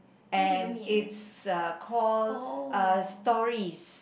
and it's uh called uh stories